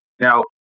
Now